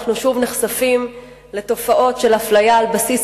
אנחנו שוב נחשפים לתופעות של אפליה על בסיס